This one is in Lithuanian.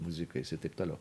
muzikais i taip toliau